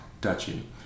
duchy